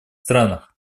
странах